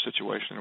situation